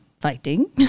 fighting